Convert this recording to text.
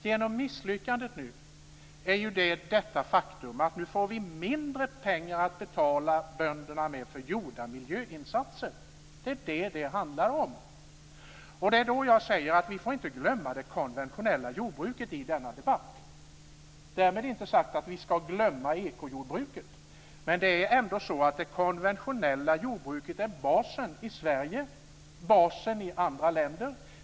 Genom misslyckandet nu är det ett faktum att vi får mindre pengar att betala bönderna med för gjorda miljöinsatser. Det är det som det handlar om. Vi får inte glömma det konventionella jordbruket i denna debatt. Därmed inte sagt att vi ska glömma ekojordbruket. Men det konventionella jordbruket är ändå basen i Sverige och basen i andra länder.